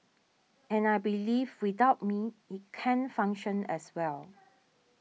and I believe without me it can function as well